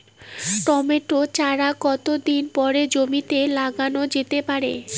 Tomato চারা কতো দিন পরে জমিতে লাগানো যেতে পারে?